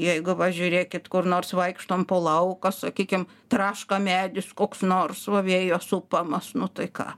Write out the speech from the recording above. jeigu va žiūrėkit kur nors vaikštom po lauką sakykim traška medis koks nors va vėjo supamas nu tai ką